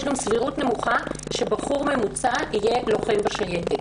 יש גם סבירות נמוכה שבחור ממוצע יהיה לוחם בשייטת,